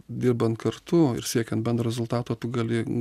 dirbant kartu ir siekiant bendro rezultato tu gali